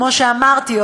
כמו שאמרתי,